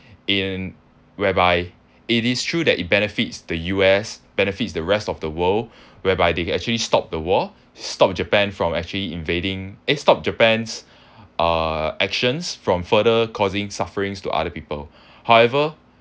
in whereby it is true that it benefits the U_S benefits the rest of the world whereby they actually stop the war stop japan from actually invading eh stopped japan's uh actions from further causing sufferings to other people however